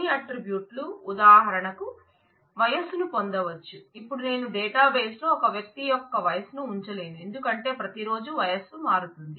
కొన్ని అట్ట్రిబ్యూట్లు ఉదాహరణకు వయస్సు ను పొందవచ్చు ఇప్పుడు నేను డేటాబేస్ లో ఒక వ్యక్తి యొక్క వయస్సును ఉంచలేను ఎందుకంటే ప్రతి రోజు వయస్సు మారుతుంది